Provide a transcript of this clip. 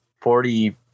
forty